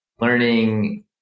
learning